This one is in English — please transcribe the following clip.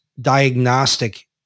diagnostic